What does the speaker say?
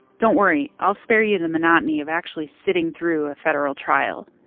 don't worry, i'll spare you the monotony of actually sitting through a federal trial.